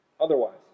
otherwise